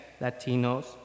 Latinos